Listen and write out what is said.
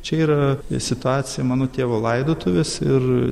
čia yra situacija mano tėvo laidotuvės ir